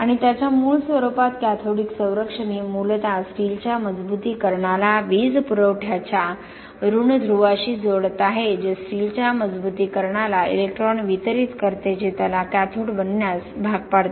आणि त्याच्या मूळ स्वरूपात कॅथोडिक संरक्षण हे मूलत स्टीलच्या मजबुतीकरणाला वीज पुरवठ्याच्या ऋण ध्रुवाशी जोडत आहे जे स्टीलच्या मजबुतीकरणाला इलेक्ट्रॉन वितरीत करते जे त्याला कॅथोड बनण्यास भाग पाडते